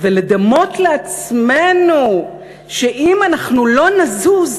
ולדמות לעצמנו שאם אנחנו לא נזוז,